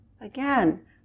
Again